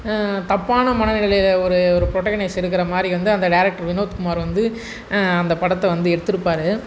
தப்பான மனநிலையில ஒரு ஒரு ப்ரொடகனேஷ் இருக்கிற மாதிரி வந்து அந்த டேரக்டர் வினோத் குமார் வந்து அந்த படத்தை வந்து எடுத்துருப்பார்